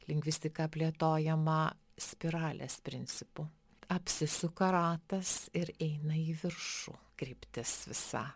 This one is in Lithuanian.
lingvistika plėtojama spiralės principu apsisuka ratas ir eina į viršų kryptis visa